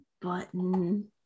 Button